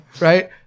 right